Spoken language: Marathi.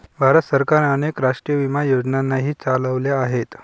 भारत सरकारने अनेक राष्ट्रीय विमा योजनाही चालवल्या आहेत